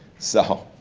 so,